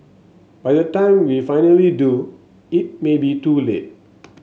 by the time we finally do it may be too late